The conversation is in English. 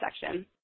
section